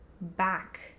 back